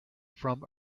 from